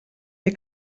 fer